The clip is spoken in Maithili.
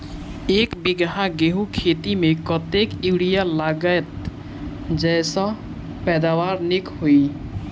एक बीघा गेंहूँ खेती मे कतेक यूरिया लागतै जयसँ पैदावार नीक हेतइ?